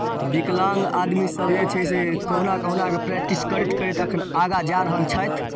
विकलांग आदमीसभ जे छै से कहुना कहुनाके प्रैक्टिस करैत करैत एखन आगाँ जा रहल छथि